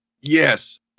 Yes